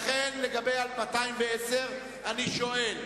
לכן, לגבי 2010, אני שואל: